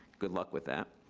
good luck with that.